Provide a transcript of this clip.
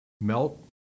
melt